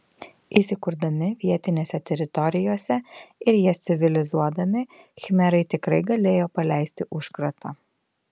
įsikurdami vietinėse teritorijose ir jas civilizuodami khmerai tikrai galėjo paleisti užkratą